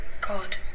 God